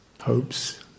hopes